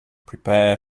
prepare